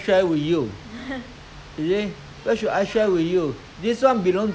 they play alr~ awhile they just just just throw aside they don't care